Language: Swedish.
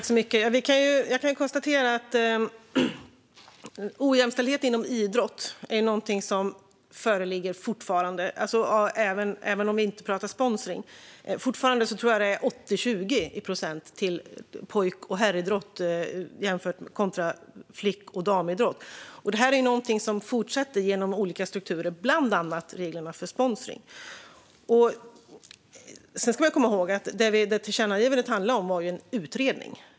Fru talman! Jag kan konstatera att ojämställdhet inom idrott är något som fortfarande föreligger, även om vi inte pratar om sponsring. Jag tror att siffrorna fortfarande är 80 procent till pojk och herridrott och 20 procent till flick och damidrott. Detta är någonting som fortsätter genom olika strukturer, bland annat reglerna för sponsring. Sedan ska vi komma ihåg att förslaget till tillkännagivande handlade om en utredning.